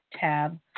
tab